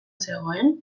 zegoen